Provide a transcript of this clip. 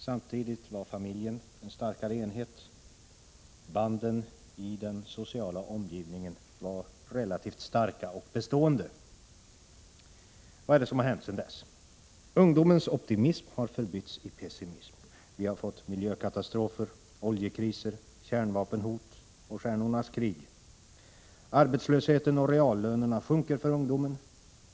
Samtidigt var familjen en starkare enhet. Banden i den sociala omgivningen var relativt starka och bestående. Vad är det som har hänt sedan dess? Ungdomens optimism har förbytts i pessimism. Vi har fått miljökatastrofer, oljekriser, kärnvapenhot och Stjärnornas krig. Arbetslösheten ökar och reallönerna sjunker för ungdomen.